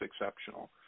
exceptional